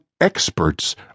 experts